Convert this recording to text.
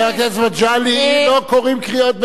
חבר הכנסת מגלי, לא קוראים קריאות ביניים.